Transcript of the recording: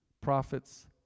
Prophets